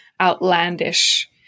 outlandish